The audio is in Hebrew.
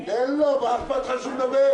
המועצה להשכלה גבוהה,